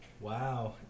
Wow